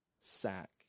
sack